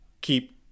keep